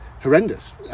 horrendous